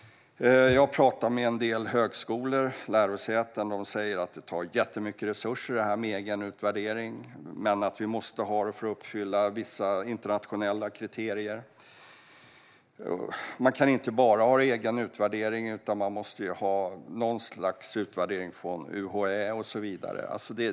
Jag har pratat med en del högskolor och lärosäten, och de säger att detta med egenutvärdering tar jättemycket resurser men att de måste ha det för att uppfylla vissa internationella kriterier. Man kan inte bara ha egenutvärdering, utan man måste ha något slags utvärdering från UHÄ och så vidare.